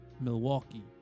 Milwaukee